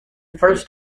first